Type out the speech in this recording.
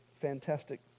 fantastic